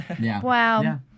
Wow